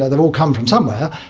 ah they've all come from somewhere,